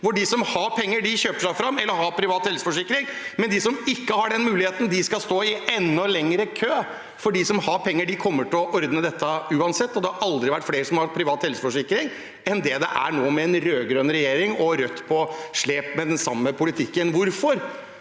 helseforsikring, kjøper seg fram, mens de som ikke har den muligheten, skal stå enda lenger i kø. For de som har penger, kommer til å ordne dette uansett. Det har aldri vært flere som har privat helseforsikring enn det det er nå, med en rødgrønn regjering, og med Rødt på slep med den samme politikken. Hvorfor